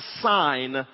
sign